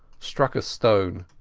struck a stone,